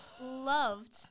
loved